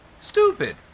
Stupid